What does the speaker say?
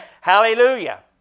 Hallelujah